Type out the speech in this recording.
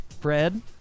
Fred